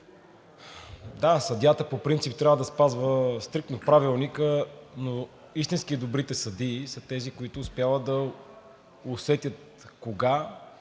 Да, съдията по принцип трябва да спазва стриктно Правилника, но истински добрите съдии са тези, които успяват да усетят кога